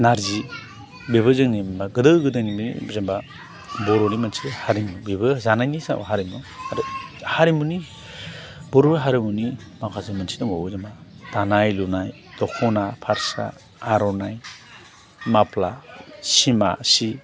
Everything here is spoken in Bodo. नारजि बेबो जोंनि गोदो गोदायनि मेन जेनेबा बर'नि मोनसे हारिमु बेबो जानायनि सायाव हारिमु आरो हारिमुनि बर' हारिमुनि माखासे मोनसे दंबावो जेनोबा दानाय लुनाय दख'ना फास्रा आर'नाइ माफ्ला सिमा सि